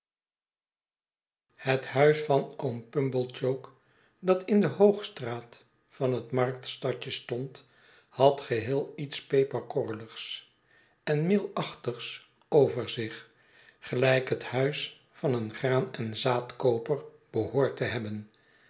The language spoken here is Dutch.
het huis van oom pumblechook dat in de hoogstraat van het marktstadje stond had geheel iets peperkorreligs en meelachtigs over zich gelijk het huis van een graan en zaadkooper behoort te hebben